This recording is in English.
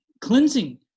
cleansing